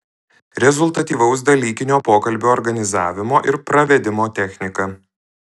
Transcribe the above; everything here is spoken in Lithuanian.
rezultatyvaus dalykinio pokalbio organizavimo ir pravedimo technika